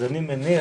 אני מניח,